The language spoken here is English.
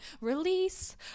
release